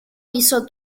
piso